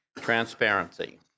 Transparency